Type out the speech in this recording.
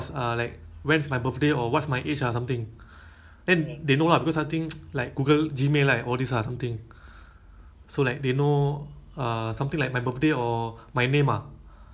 oh there's one time he use he talk on my google speaker ah the google home speaker kan then he ask um like what is my name or something ah